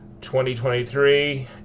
2023